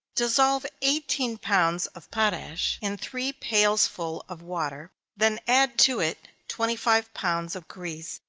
dissolve eighteen pounds of potash in three pailsful of water then add to it twenty-five pounds of grease,